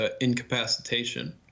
incapacitation